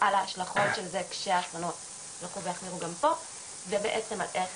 על ההשלכות של זה, ובעצם איך